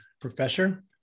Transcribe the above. professor